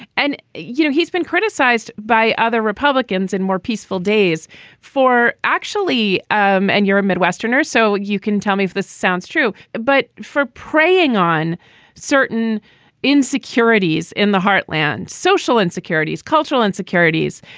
and, you know, he's been criticized by other republicans in more peaceful days for actually. um and you're a midwesterner, so you can tell me if this sounds true. but for preying on certain insecurities in the heartland, social insecurities, cultural insecurities.